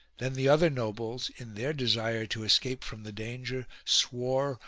then the other nobles, in their desire to escape from the danger, swore,